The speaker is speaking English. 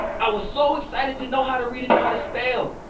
i was so excited to know how to read and know how to spell.